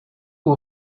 who